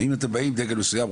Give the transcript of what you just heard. ואם אתם באים דגל מסוים,